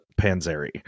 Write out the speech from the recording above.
Panzeri